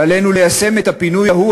ועלינו ליישם את הפינוי ההוא,